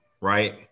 right